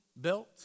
built